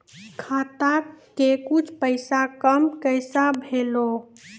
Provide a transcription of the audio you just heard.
खाता के कुछ पैसा काम कैसा भेलौ?